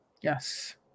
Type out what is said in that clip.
Yes